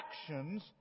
actions